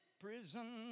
prison